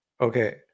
Okay